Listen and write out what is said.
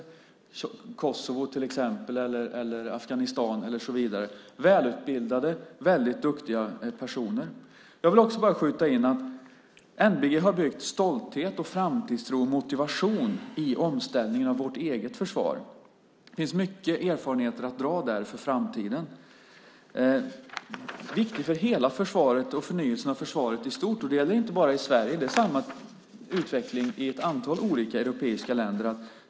Det gäller till exempel Kosovo, Afghanistan och så vidare. Det handlar om välutbildade och väldigt duktiga personer. Jag vill också skjuta in att NBG har byggt stolthet, framtidstro och motivation i omställningen av vårt eget försvar. Det finns mycket erfarenheter att dra där för framtiden. Det är viktigt för hela försvaret och för förnyelsen av försvaret i stort. Det gäller inte bara i Sverige. Det är samma utveckling i ett antal europeiska länder.